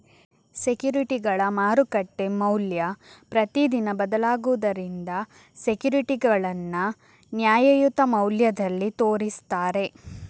ಸೆಕ್ಯೂರಿಟಿಗಳ ಮಾರುಕಟ್ಟೆ ಮೌಲ್ಯ ಪ್ರತಿದಿನ ಬದಲಾಗುದರಿಂದ ಸೆಕ್ಯೂರಿಟಿಗಳನ್ನ ನ್ಯಾಯಯುತ ಮೌಲ್ಯದಲ್ಲಿ ತೋರಿಸ್ತಾರೆ